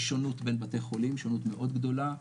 יש שונות בין בתי חולים, שונות מאוד גדולה,